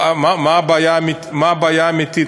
מה הבעיה האמיתית?